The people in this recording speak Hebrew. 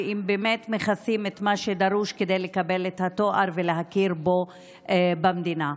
ואם באמת מכסים את מה שדרוש כדי לקבל את התואר ולהכיר בו במדינה.